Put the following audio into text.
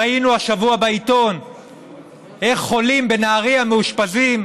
ראינו השבוע בעיתון איך חולים בנהריה מאושפזים,